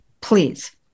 please